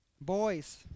Boys